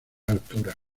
alturas